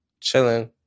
chilling